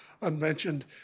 unmentioned